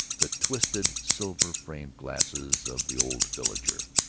the twisted silver-framed glasses of the old villager.